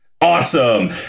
awesome